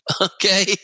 Okay